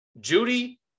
Judy